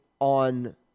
on